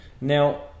Now